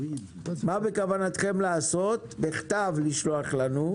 מה בכוונתם לעשות בכתב לשלוח לנו,